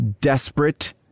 desperate